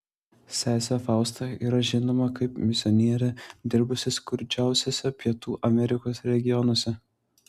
sesė fausta yra žinoma kaip misionierė dirbusi skurdžiausiuose pietų amerikos regionuose